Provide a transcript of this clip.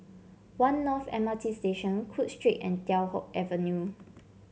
One North M R T Station Cook Street and Teow Hock Avenue